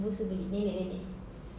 mus suruh beli nenek nenek